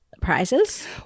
prizes